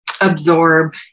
absorb